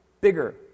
bigger